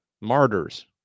martyrs